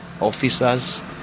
officers